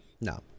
No